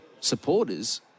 supporters